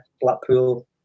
blackpool